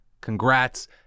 Congrats